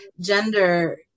gender